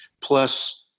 Plus